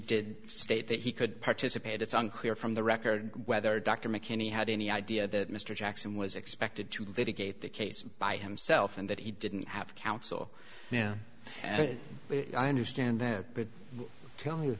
did state that he could participate it's unclear from the record whether dr mckenney had any idea that mr jackson was expected to litigate the case by himself and that he didn't have counsel yeah i understand that could tell